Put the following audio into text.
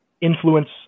influence